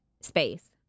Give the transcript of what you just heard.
space